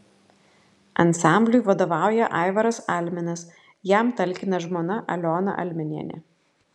ansambliui vadovauja aivaras alminas jam talkina žmona aliona alminienė